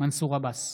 מנסור עבאס,